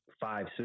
five